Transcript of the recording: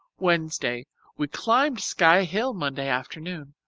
wednesday we climbed sky hill monday afternoon.